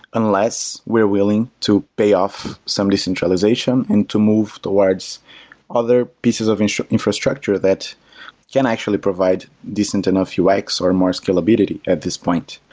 unless, we're willing to pay off some decentralization and to move towards other pieces of infrastructure that can actually provide decent enough ux, or more scalability at this point.